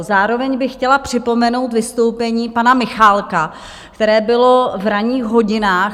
Zároveň bych chtěla připomenout vystoupení pana Michálka, které bylo v ranních hodinách.